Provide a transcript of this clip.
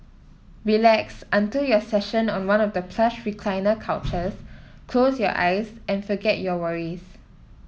relax until your session on one of the plush recliner couches close your eyes and forget your worries